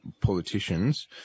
politicians